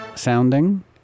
sounding